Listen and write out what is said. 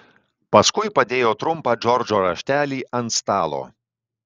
paskui padėjo trumpą džordžo raštelį ant stalo